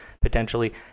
potentially